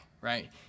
right